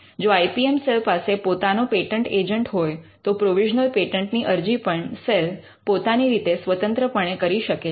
જો I P M cell પાસે પોતાનો પેટન્ટ એજન્ટ હોય તો પ્રોવિઝનલ પેટન્ટની અરજી પણ સેલ પોતાની રીતે સ્વતંત્રપણે કરી શકે છે